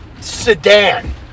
sedan